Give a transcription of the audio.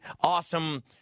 awesome –